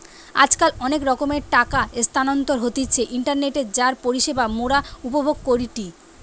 আজকাল অনেক রকমের টাকা স্থানান্তর হতিছে ইন্টারনেটে যার পরিষেবা মোরা উপভোগ করিটি